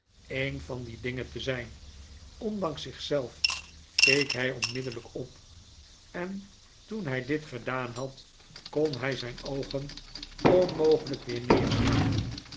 een van die dingen te zijn ondanks zich zelf keek hij onmiddellijk op en toen hij dit gedaan had kon hij zijn oogen onmogelijk weer neerslaan